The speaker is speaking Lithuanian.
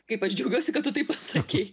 kaip aš džiaugiuosi kad tu tai pasakei